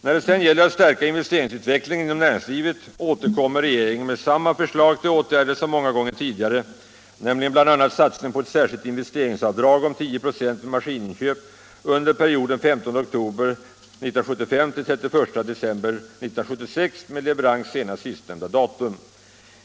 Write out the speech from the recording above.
När det sedan gäller att stärka investeringsutvecklingen inom närings livet återkommer regeringen med samma förslag till åtgärder som många gånger tidigare, nämligen bl.a. satsning på ett särskilt investeringsavdrag om 10 946 vid maskininköp under perioden 15 oktober 1975 — 31 december 1976 med leverans senast sistnämnda datum.